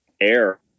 air